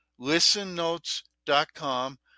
ListenNotes.com